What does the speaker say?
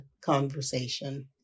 conversation